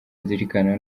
wazirikana